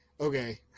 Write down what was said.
Okay